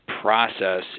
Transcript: process